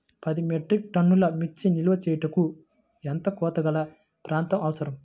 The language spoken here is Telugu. పది మెట్రిక్ టన్నుల మిర్చి నిల్వ చేయుటకు ఎంత కోలతగల ప్రాంతం అవసరం?